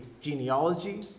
genealogy